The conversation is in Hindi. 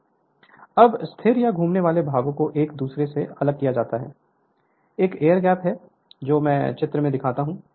Refer Slide Time 1421 अब स्थिर और घूमने वाले भागों को एक दूसरे से अलग किया जाता है एक एयर गैप है जो मैं चित्र में दिखाता हूं